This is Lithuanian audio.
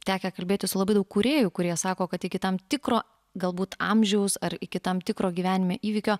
tekę kalbėti su labai daug kūrėjų kurie sako kad iki tam tikro galbūt amžiaus ar iki tam tikro gyvenime įvykio